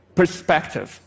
perspective